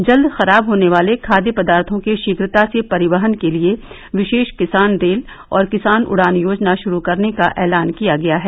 जल्द खराब होने वाले खाद्य पदार्थों के शीघ्रता से परिवहन के लिए विशेष किसान रेल और किसान उड़ान योजना शुरू करने का एलान किया गया है